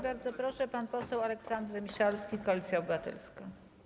Bardzo proszę, pan poseł Aleksander Miszalski, Koalicja Obywatelska.